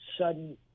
sudden